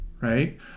right